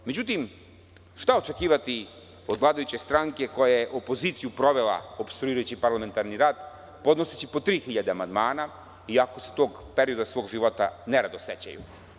Međutim, šta očekivati od vladajuće stranke koja je opoziciju provela opstruirajući parlamentarni rad, podnoseći po 3.000 amandmana iako se tog perioda svog života ne rado sećaju.